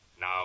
Now